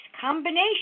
combination